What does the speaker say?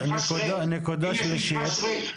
נקודה שלישית.